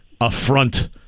affront